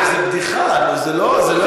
זה בדיחה, נו, זה לא יכול להיות ככה.